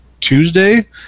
Tuesday